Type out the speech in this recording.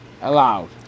allowed